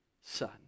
son